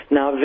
Now